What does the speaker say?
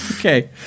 Okay